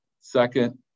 Second